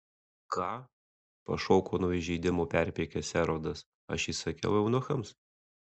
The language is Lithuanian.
ką pašoko nuo įžeidimo perpykęs erodas aš įsakiau eunuchams